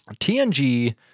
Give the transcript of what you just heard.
TNG